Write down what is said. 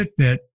Fitbit